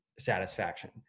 satisfaction